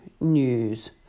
News